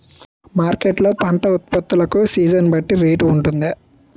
Market లొ పంట ఉత్పత్తి లకు సీజన్ బట్టి రేట్ వుంటుందా?